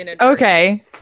okay